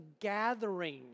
gathering